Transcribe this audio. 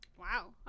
Wow